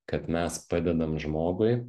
kad mes padedam žmogui